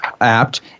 apt